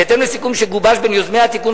בהתאם לסיכום שגובש בין יוזמי התיקון,